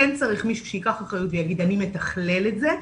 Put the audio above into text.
כן צריך מישהו שייקח אחריות ויגיד 'אני מתכלל את זה',